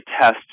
test